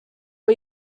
are